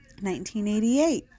1988